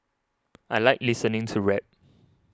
I like listening to rap